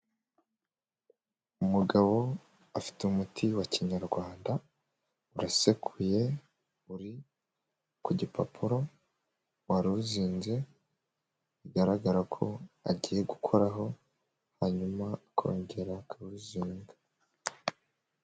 Umugabo afite umuti wa kinyarwanda, urasekuye, uri ku gipapuro, wari uzinze, bigaragara ko agiye gukoraho hanyuma akongera akawuzinga.